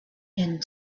and